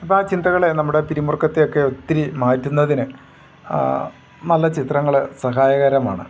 അപ്പോൾ ആ ചിന്തകളെ നമ്മുടെ പിരിമുറുക്കത്തെയൊക്കെ ഒത്തിരി മാറ്റുന്നതിന് നല്ല ചിത്രങ്ങൾ സഹായകരമാണ്